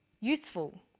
useful